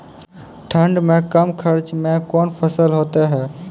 ठंड मे कम खर्च मे कौन फसल होते हैं?